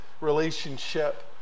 relationship